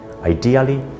ideally